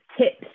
tips